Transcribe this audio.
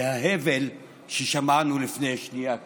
וההבל ששמענו לפני שנייה כאן.